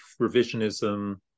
revisionism